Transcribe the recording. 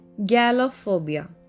gallophobia